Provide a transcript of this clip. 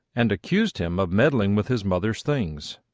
and accused him of meddling with his mother's things.